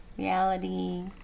Reality